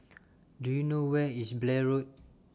Do YOU know Where IS Blair Road